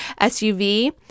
SUV